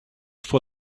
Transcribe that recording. for